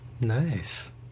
Nice